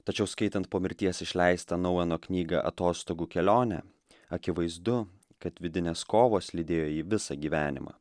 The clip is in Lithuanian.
tačiau skaitant po mirties išleistą naueno knygą atostogų kelionė akivaizdu kad vidinės kovos lydėjo jį visą gyvenimą